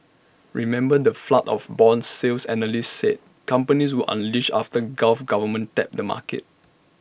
remember the flood of Bond sales analysts said companies would unleash after gulf governments tapped the market